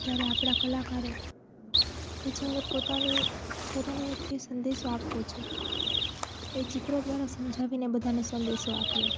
ત્યારે આપણા કલાકારો કે જેઓની પોતાની પોતાને એક જે સંદેશો આપવો છે એ ચિત્ર દ્વારા સમજાવીને બધાંને સંદેશો આપ્યો